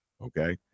okay